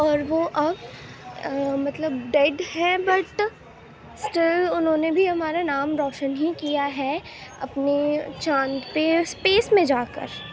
اور وہ اب مطلب ڈیڈ ہیں بٹ اسٹل انہوں نے بھی ہمارا نام روشن ہی کیا ہے اپنے چاند پہ اسپیس میں جاکر